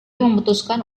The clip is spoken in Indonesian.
memutuskan